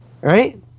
right